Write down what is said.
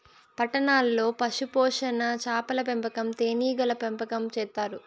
పట్టణాల్లో పశుపోషణ, చాపల పెంపకం, తేనీగల పెంపకం చేత్తారు